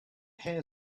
hare